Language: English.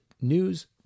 news